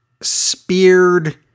speared